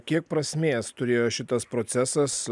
kiek prasmės turėjo šitas procesas